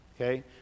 okay